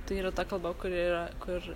tai yra ta kalba kuri yra kur